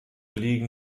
liegen